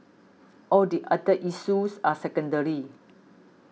all the other issues are secondary